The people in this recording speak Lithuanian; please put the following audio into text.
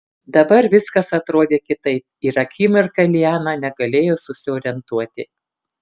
dabar viskas atrodė kitaip ir akimirką liana negalėjo susiorientuoti